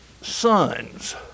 sons